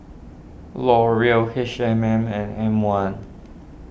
Laurier H M M and M one